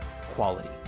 quality